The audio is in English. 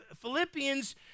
Philippians